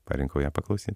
parinkau ją paklausyt